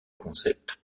concept